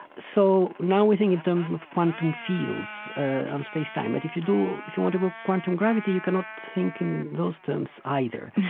so, now we think in terms of quantum fields on spacetime. but if you do if you want to go quantum gravity, you cannot think in those terms, either.